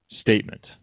statement